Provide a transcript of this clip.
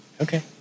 Okay